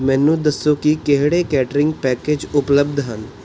ਮੈਨੂੰ ਦੱਸੋ ਕਿ ਕਿਹੜੇ ਕੇਟਰਿੰਗ ਪੈਕੇਜ ਉਪਲਬਧ ਹਨ